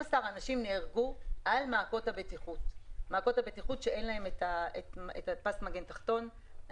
12 אנשים נהרגו על מעקות הבטיחות שאין להם פס מגן תחתון.